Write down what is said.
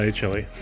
Chili